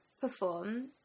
perform